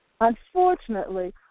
Unfortunately